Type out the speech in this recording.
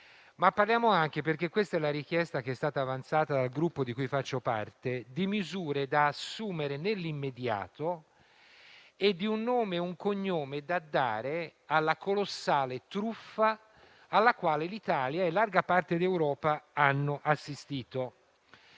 Discutiamo anche - questa è la richiesta avanzata dal Gruppo di cui faccio parte - di misure da assumere nell'immediato e di un nome e un cognome da dare alla colossale truffa alla quale l'Italia e in larga parte l'Europa hanno assistito.